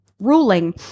ruling